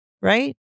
right